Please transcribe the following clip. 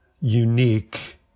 unique